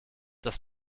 das